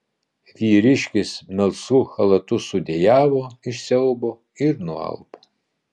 vyriškis melsvu chalatu sudejavo iš siaubo ir nualpo